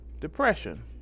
Depression